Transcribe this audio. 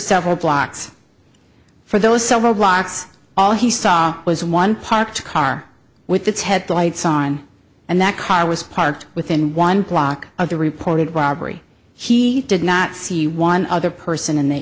several blocks for those several blocks all he saw was one parked car with its headlights on and that car was parked within one clock of the reported robbery he did not see one other person in th